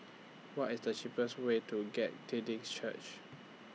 What IS The cheapest Way to Glad Tidings Church